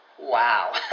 Wow